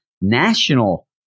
national